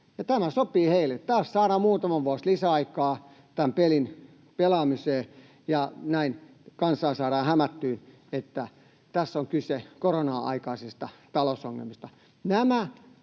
tämä sopii heille, taas saadaan muutama vuosi lisäaikaa tämän pelin pelaamiseen ja näin kansaa saadaan hämättyä, että tässä on kyse koronan aikaisista talousongelmista.